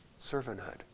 servanthood